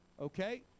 okay